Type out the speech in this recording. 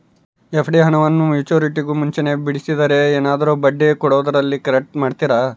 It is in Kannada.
ಎಫ್.ಡಿ ಹಣವನ್ನು ಮೆಚ್ಯೂರಿಟಿಗೂ ಮುಂಚೆನೇ ಬಿಡಿಸಿದರೆ ಏನಾದರೂ ಬಡ್ಡಿ ಕೊಡೋದರಲ್ಲಿ ಕಟ್ ಮಾಡ್ತೇರಾ?